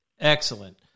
Excellent